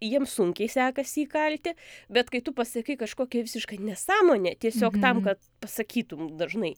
jiem sunkiai sekasi įkalti bet kai tu pasakai kažkokią visišką nesąmonę tiesiog tam kad pasakytum dažnai